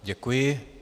Děkuji.